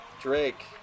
Drake